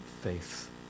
faith